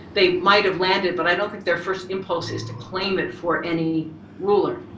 they might've landed but i don't think their first impulse is to claim it for any ruler.